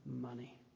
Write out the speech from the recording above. money